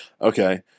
okay